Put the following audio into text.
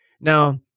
Now